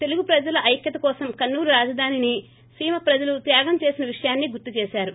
తెలుగు ప్రజలు ఐక్యత కోసం కర్పూలు రాజధానిని సీమ ప్రజలు త్యాగం చేసిన విషయాన్ని గుర్తు చేశారు